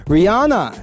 Rihanna